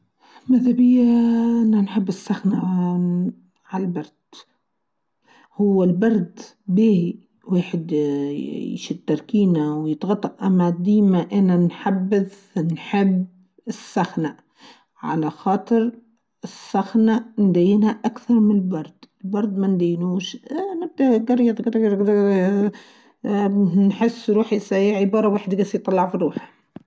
ماذا بيا أنا نحب السخنه اااا عالبرد هو البرد باهي الواحد يشد تركينه و يتغطى أما ديمه أنا نحب السخنه على خاطر السخنه ندينها أكثر من البرد البرد ماندينوش ااا نبدو هاكايا تك تك تك تك تك تك اااا نحس روحي صعيبه واحده نطلع في الروح.